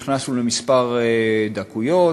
נכנסנו לכמה דקויות,